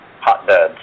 hotbeds